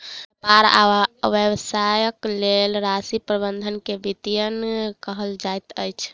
व्यापार आ व्यवसायक लेल राशि प्रबंधन के वित्तीयन कहल जाइत अछि